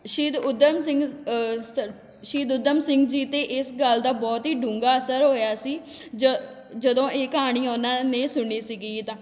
ਸ਼ਹੀਦ ਊਧਮ ਸਿੰਘ ਸ਼ ਸ਼ਹੀਦ ਊਧਮ ਸਿੰਘ ਜੀ 'ਤੇ ਇਸ ਗੱਲ ਦਾ ਬਹੁਤ ਹੀ ਡੂੰਘਾ ਅਸਰ ਹੋਇਆ ਸੀ ਜ ਜਦੋਂ ਇਹ ਕਹਾਣੀ ਉਹਨਾਂ ਨੇ ਸੁਣੀ ਸੀਗੀ ਜਿੱਦਾਂ